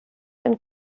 and